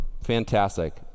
Fantastic